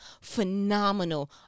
phenomenal